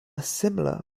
similar